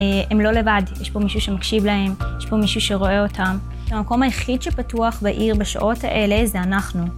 ‫הם לא לבד, יש פה מישהו שמקשיב להם, ‫יש פה מישהו שרואה אותם. ‫המקום היחיד שפתוח בעיר ‫בשעות האלה זה אנחנו.